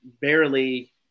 barely